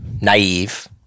naive